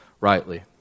rightly